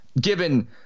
Given